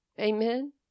Amen